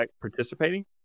participating